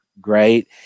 great